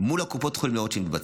מול קופות החולים, לראות שזה מתבצע.